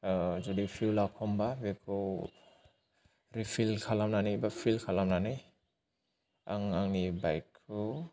जुदि फिउल आ खमब्ला बेखौ रिफिल खालामनानै बा फिल खालामनानै आं आंनि बाइक खौ